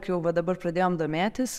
kai jau va dabar pradėjom domėtis